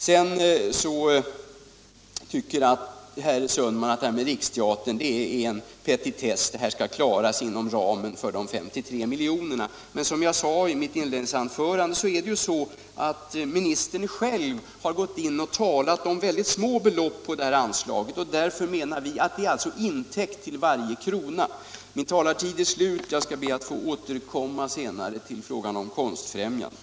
Sedan tycker herr Sundman att anslaget till Svenska riksteatern är en petitess; det skall klaras inom ramen på 53 milj.kr. Som jag sade i mitt inledningsanförande har ju utbildningsministern själv talat om mycket små belopp för det här anslaget, och vi menar att det alltså är intäckt till varje krona. Min talartid är slut; jag ber att senare få återkomma till Konstfrämjandet.